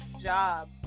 job